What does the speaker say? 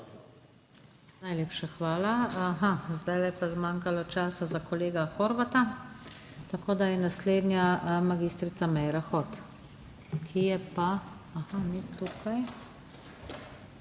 Najlepša hvala. Zdajle je pa zmanjkalo časa za kolega Horvata. Tako je naslednja mag. Meira Hot, ki je pa ni tukaj.